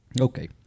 Okay